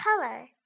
color